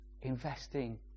investing